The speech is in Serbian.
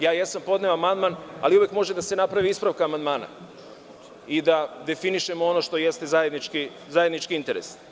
Ja jesam podneo amandman, ali uvek može da se napravi ispravka amandmana i da definišemo ono što jeste zajednički interes.